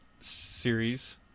series